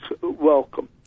welcome